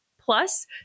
Plus